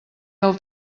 del